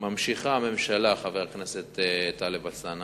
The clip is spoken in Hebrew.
ממשיכה הממשלה, חבר הכנסת טלב אלסאנע,